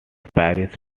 paris